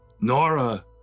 Nora